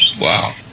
Wow